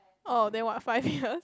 [ohh] then what five years